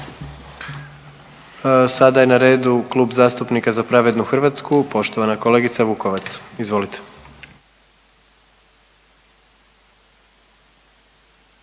Sada je na redu Klub zastupnika Za pravednu Hrvatsku poštovana kolegica Vukovac, izvolite.